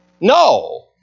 No